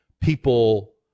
people